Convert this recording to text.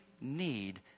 need